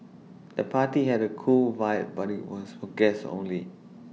the party had A cool vibe but was for guests only